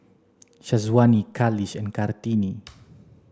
Syazwani Khalish and Kartini